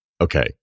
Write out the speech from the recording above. okay